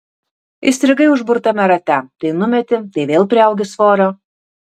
įstrigai užburtame rate tai numeti tai vėl priaugi svorio